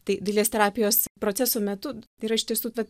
tai dailės terapijos proceso metu tai yra iš tiesų va